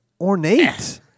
ornate